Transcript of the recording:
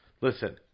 Listen